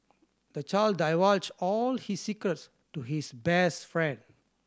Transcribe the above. the child divulged all his secrets to his best friend